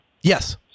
Yes